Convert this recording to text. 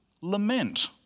lament